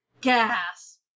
Gas